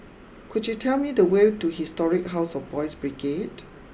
could you tell me the way to Historic house of Boys' Brigade